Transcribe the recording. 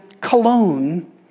cologne